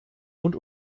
und